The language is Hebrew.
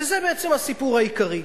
וזה בעצם הסיפור העיקרי.